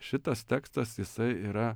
šitas tekstas jisai yra